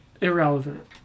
irrelevant